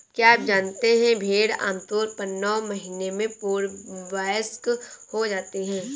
क्या आप जानते है भेड़ आमतौर पर नौ महीने में पूर्ण वयस्क हो जाती है?